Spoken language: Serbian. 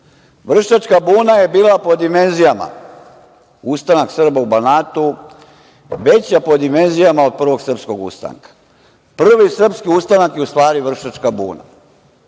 Vršačka buna je bila ustanak Srba u Banatu veća po dimenzijama od Prvog srpskog ustanka. Prvi srpski ustanak je u stvari Vršačka buna.